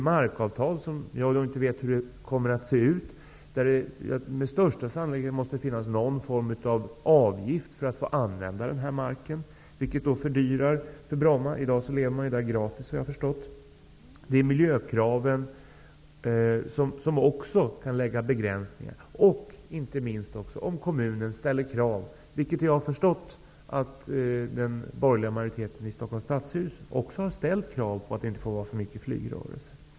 Markavtalet, som jag inte vet hur det kommer att se ut, kommer med största sannolikhet att innehålla någon form av avgift för att få använda marken. Det fördyrar för Bromma. I dag verkar man gratis där, vad jag har förstått. Vidare kan miljökraven också innebära begränsningar. Inte minst kan kommunen ställa krav. Jag har förstått att den borgerliga majoriteten i Stockholms stadshus har ställt krav på att det inte får finnas så mycket flygrörelse.